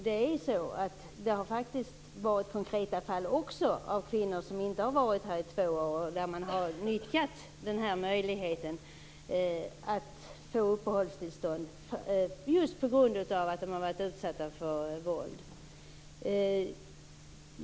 Det finns faktiskt konkreta fall där man för kvinnor som inte varit här i två år har nyttjat den här möjligheten att få uppehållstillstånd; detta just på grund av att de har utsatts för våld.